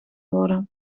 worden